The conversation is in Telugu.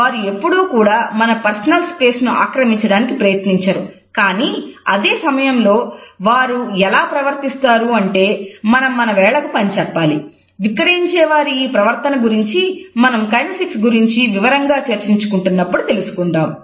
వారు ఎప్పుడూ కూడా మన పర్సనల్ స్పేస్ గురించి వివరంగా చర్చించుకుంటున్నప్పుడు తెలుసుకుందాం